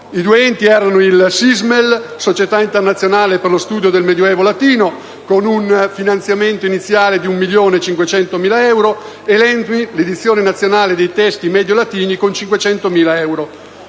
I due enti erano il SISMEL (Società internazionale per lo studio del medioevo latino), con un finanziamento iniziale di 1.500.000 euro, e l'ENTMI (Edizione nazionale dei testi mediolatini d'Italia), con 500.000 euro.